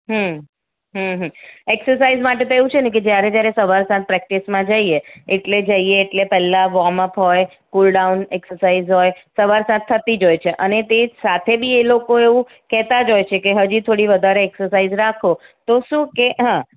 હમ હમ હમ એક્સસાઇઝ માટે તો એવું છે ને કે જ્યારે જ્યારે સવાર સાંજ પ્રેક્ટિસમાં જઈએ એટલે જઈએ એટલે પહેલાં વોર્મ અપ હોય કુલ ડાઉન એક્સસાઇઝ હોય સવાર સાંજ થતી જ હોય છે અને તે સાથે બી એ લોકો એવું કહેતા જ હોય છે કે હજી થોડી વધારે એક્સસાઇઝ રાખો તો શું કે હઁ